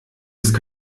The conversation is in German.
ist